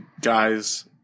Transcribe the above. guys